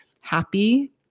happy